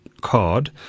card